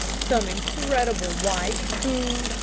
some incredible wight who,